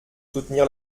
soutenir